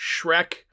Shrek